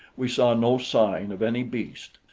we saw no sign of any beast.